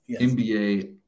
NBA